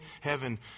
heaven